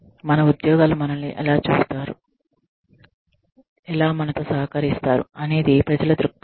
మన ఉద్యోగులు మనల్ని ఎలా చూస్తారు ఎలా మనతో సహకరిస్తారు అనేది ప్రజల దృక్పథం